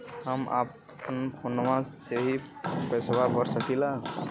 हम अपना फोनवा से ही पेसवा भर सकी ला?